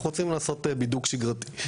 אנחנו רוצים לעשות בידוק שגרתי.